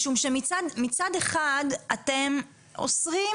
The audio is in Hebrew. משום שמצד אחד אתם אוסרים